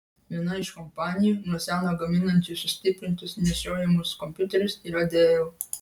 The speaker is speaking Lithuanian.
viena iš kompanijų nuo seno gaminančių sustiprintus nešiojamus kompiuterius yra dell